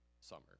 summer